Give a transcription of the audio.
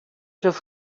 just